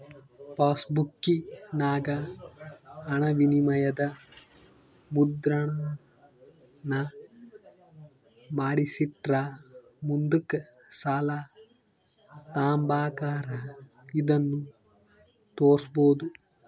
ಪಾಸ್ಬುಕ್ಕಿನಾಗ ಹಣವಿನಿಮಯದ ಮುದ್ರಣಾನ ಮಾಡಿಸಿಟ್ರ ಮುಂದುಕ್ ಸಾಲ ತಾಂಬಕಾರ ಇದನ್ನು ತೋರ್ಸ್ಬೋದು